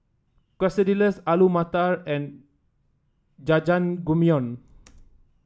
Quesadillas Alu Matar and Jajangmyeon